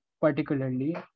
particularly